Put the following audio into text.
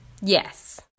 Yes